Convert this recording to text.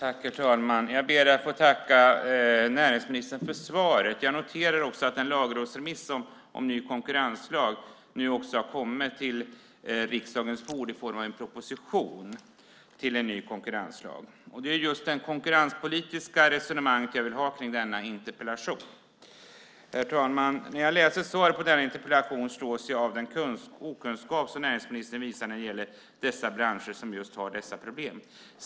Herr talman! Jag ber att få tacka näringsministern för svaret. Jag noterar också att en lagrådsremiss om en ny konkurrenslag nu också har kommit till riksdagens bord i form av en proposition till en ny konkurrenslag. Det är just det konkurrenspolitiska resonemanget jag vill ha i denna interpellation. Herr talman! När jag läser svaret på denna interpellation slås jag av den okunskap som näringsministern visar när det gäller dessa branscher som har dessa problem.